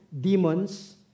demons